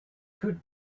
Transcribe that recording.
could